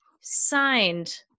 signed